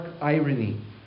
irony